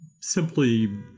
simply